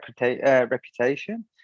reputation